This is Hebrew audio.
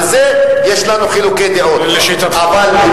על זה יש לנו חילוקי דעות, אבל, לשיטתך.